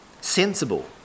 sensible